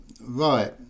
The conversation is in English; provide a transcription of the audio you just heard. right